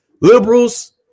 liberals